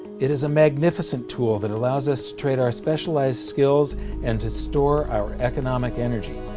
it is a magnificent tool that allows us to trade our specialized skills and to store our economic energy.